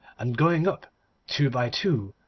and going up two by two,